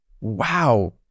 Wow